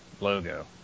logo